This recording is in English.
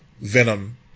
venom